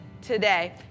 today